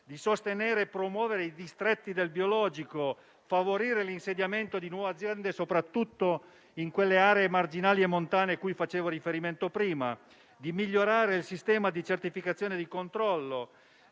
sostenere e promuovere i distretti del biologico; favorire l'insediamento di nuove aziende, soprattutto in quelle aree marginali e montane a cui facevo riferimento prima; migliorare il sistema di certificazione e di controllo;